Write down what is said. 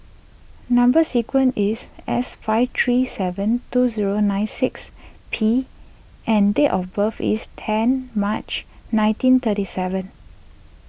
Number Sequence is S five three seven two zero nine six P and date of birth is ten March nineteen thirty seven